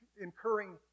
incurring